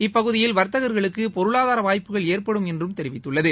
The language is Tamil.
இப்பகுதியில் வர்த்தகர்களுக்கு பொருளாதார வாய்ப்புகள் ஏற்படும் என்று தெரிவித்துள்ளது